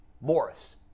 Morris